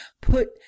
put